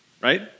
right